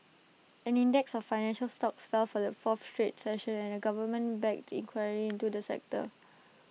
an index of financial stocks fell for the fourth straight session amid A government backed inquiry into the sector